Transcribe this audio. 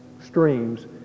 streams